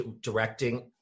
directing